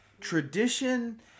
Tradition